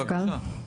בבקשה.